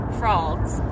frogs